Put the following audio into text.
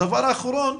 הדבר האחרון,